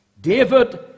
David